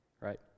Right